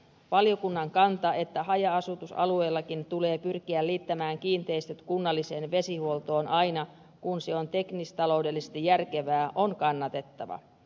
valiokunnan kanta että haja asutusalueillakin tulee pyrkiä liittämään kiinteistöt kunnalliseen vesihuoltoon aina kun se on teknistaloudellisesti järkevää on kannatettava